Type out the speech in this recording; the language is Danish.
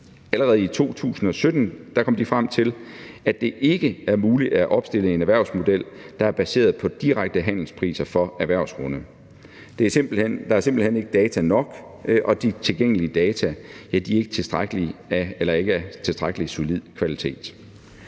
allerede i 2017 kom frem til, at det ikke er muligt at opstille en erhvervsmodel, der er baseret på direkte handelspriser for erhvervsgrunde. Der er simpelt hen ikke data nok, og de tilgængelige data er ikke af tilstrækkelig solid kvalitet.